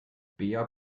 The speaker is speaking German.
bea